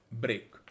break